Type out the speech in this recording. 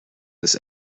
this